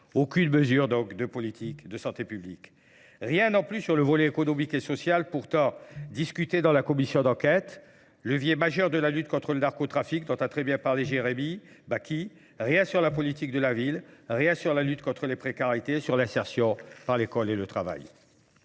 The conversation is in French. Aucune mesure donc de politique de santé publique. Rien non plus sur le volet économique et social pourtant discuté dans la commission d'enquête, levier majeur de la lutte contre le narcotrafique dont a très bien parlé Jérémie Bakki. Rien sur la politique de la ville, rien sur la lutte contre les précarités, sur l'insertion par l'école et le travail.